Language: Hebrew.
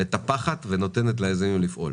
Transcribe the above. מטפחת ונותנת ליזמים לפעול.